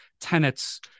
tenets